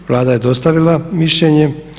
Vlada je dostavila mišljenje.